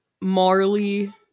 Marley